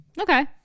Okay